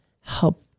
help